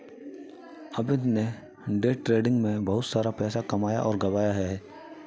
अमित ने day trading में बहुत सारा पैसा कमाया और गंवाया है